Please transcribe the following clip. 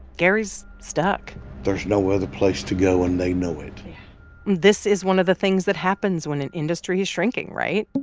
gary's stuck there's no other place to go and they know it this is one of the things that happens when an industry is shrinking, right?